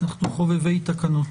חובבי תקנות.